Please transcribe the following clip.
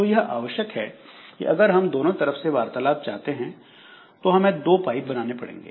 तो यह आवश्यक है कि अगर हम दोनों तरफ से वार्तालाप चाहते हैं तो हमें दो पाइप बनाने पड़ेंगे